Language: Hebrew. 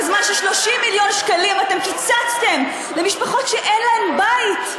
בזמן ש-30 מיליון שקלים אתם קיצצתם למשפחות שאין להן בית,